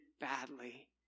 badly